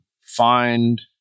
find